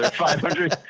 five hundred,